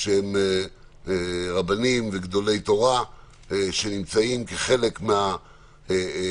שהם רבנים וגדולים בתורה שנמצאים כחלק מהמדינה